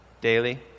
daily